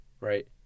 right